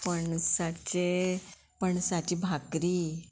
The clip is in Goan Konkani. पणसाचे पणसाची भाकरी